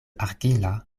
argila